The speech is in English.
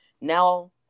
Now